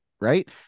Right